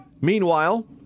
Meanwhile